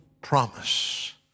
promise